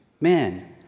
man